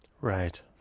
right